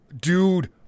Dude